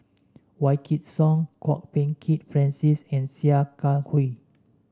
Wykidd Song Kwok Peng Kin Francis and Sia Kah Hui